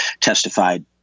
testified